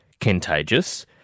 contagious